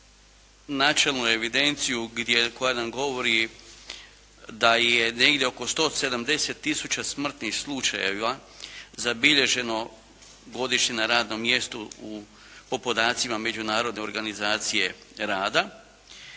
načelnu evidenciju koja nam govori da je negdje oko 170 tisuća smrtnih slučajeva zabilježeno godišnje na radnom mjestu po podacima Međunarodne organizacije rada.